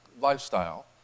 lifestyle